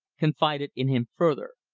confided in him further.